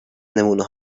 نمونه